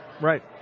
Right